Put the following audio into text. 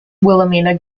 wilhelmina